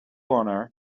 owner